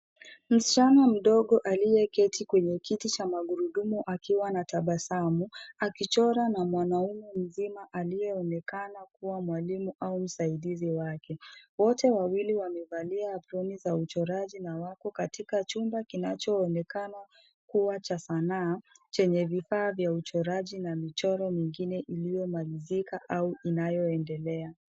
Msichana mdogo aliyeketi kwenye kiti cha magurudumu akiwa na tabasamu akichora na mwanaume mzima aliyeonekana kuwa mwalimu au msaidizi wake. Wote wawili wamevalia aproni za uchoraji na wako katika chumba kinachoonekana kuwa cha sanaa chenye vifaa vya uchoraji na michoro mingine iliyomalizika au inayoendelea.